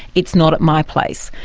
it's not at my place.